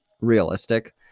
realistic